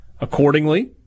Accordingly